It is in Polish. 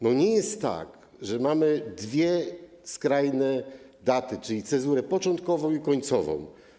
Nie jest tak, że mamy dwie skrajne daty, czyli cezury początkową i końcową.